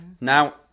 Now